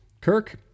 Kirk